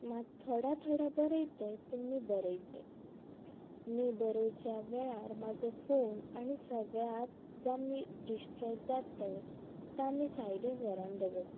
मात थोडा थोडा बरयतय पूण मी बरयतय मी बरोवच्या वेळार म्हाजो फोन आनी सगळात जावं मी डिस्ट्रेक्ट जातय ता मी सायडीक व्हरान दवरतय